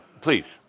please